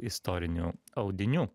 istorinių audinių